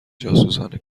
جاسوسان